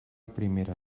primera